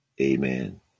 Amen